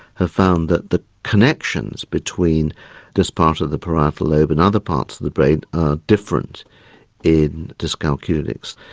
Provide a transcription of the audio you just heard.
have found that the connections between this part of the parietal lobe and other parts of the brain are different in dyscalculics.